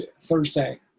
Thursday